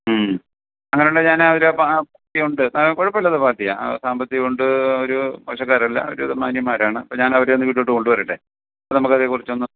അങ്ങനെ ഉണ്ടെങ്കിൽ ഞാൻ ഒരു പാർട്ടി ഉണ്ട് ആ കുഴപ്പമില്ലാത്ത പാർട്ടി ആണ് സാമ്പത്തികം ഉണ്ട് ഒരു മോശക്കാരല്ല ഒരുവിധം മാന്യൻമാർ ആണ് അപ്പോൾ ഞാൻ അവരെ ഒന്ന് വീട്ടിലോട്ട് കൊണ്ടുവരട്ടെ അപ്പം നമുക്ക് അതേക്കുറിച്ചൊന്ന്